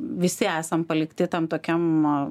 visi esam palikti tam tokiam